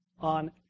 on